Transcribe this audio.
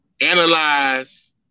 analyze